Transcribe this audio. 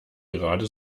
gerade